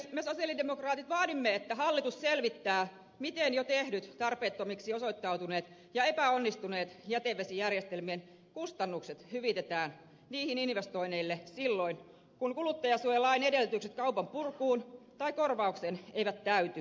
me sosialidemokraatit vaadimme että hallitus selvittää miten jo tehdyt tarpeettomiksi osoittautuneet ja epäonnistuneet jätevesijärjestelmien kustannukset hyvitetään niihin investoineille silloin kun kuluttajasuojalain edellytykset kaupan purkuun tai korvaukseen eivät täyty